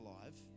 Alive